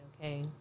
okay